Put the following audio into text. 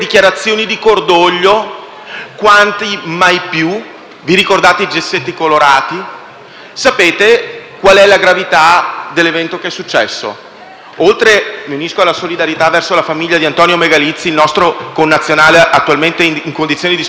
quanti «Mai più»? Ricordate i gessetti colorati? Conoscete la gravità dell'evento che è successo e anzitutto mi unisco alla solidarietà verso la famiglia di Antonio Megalizzi, il nostro connazionale attualmente in condizioni disperate in ospedale.